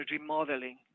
remodeling